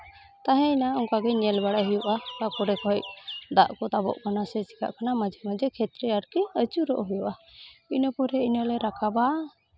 ᱛᱟᱦᱮᱸᱭᱮᱱᱟ ᱚᱱᱠᱟᱜᱮ ᱧᱮᱞ ᱵᱟᱲᱟᱭ ᱦᱩᱭᱩᱜᱼᱟ ᱛᱟᱨᱯᱚᱨᱮ ᱠᱷᱚᱡ ᱫᱟᱜ ᱠᱚ ᱛᱟᱵᱚᱜ ᱠᱟᱱᱟ ᱥᱮ ᱪᱤᱠᱟᱹᱜ ᱠᱟᱱᱟ ᱢᱟᱡᱷᱮ ᱢᱟᱡᱷᱮ ᱠᱷᱮᱛ ᱨᱮ ᱟᱨᱠᱤ ᱟᱹᱪᱩᱨᱚᱜ ᱦᱩᱭᱩᱜᱼᱟ ᱤᱱᱟᱹ ᱯᱚᱨᱮ ᱤᱱᱟᱹᱞᱮ ᱨᱟᱠᱟᱵᱟ